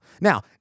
Now